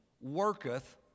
worketh